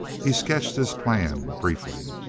he sketched his plan briefly.